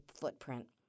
footprint